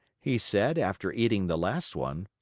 he said after eating the last one.